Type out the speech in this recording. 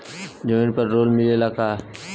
जमीन पर लोन मिलेला का?